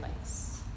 place